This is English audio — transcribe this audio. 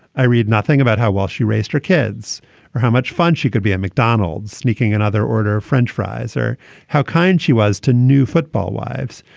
i read nothing about how well she raised her kids or how much fun she could be at mcdonald's sneaking in other order french fries, or how kind she was to new football wives.